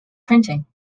printing